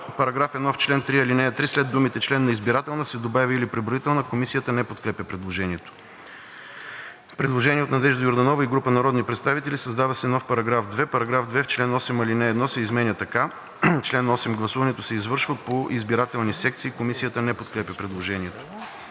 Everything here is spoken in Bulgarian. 1: § 1. В чл. 3, ал. 3 след думите „член на избирателна“ се добавя „или преброителна“.“ Комисията не подкрепя предложението. Предложение от Надежда Йорданова и група народни представители: „Създава се нов § 2: § 2. В чл. 8 ал. 1 се изменя така: „Чл. 8. (1) Гласуването се извършва по избирателни секции.“ Комисията не подкрепя предложението.